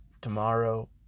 tomorrow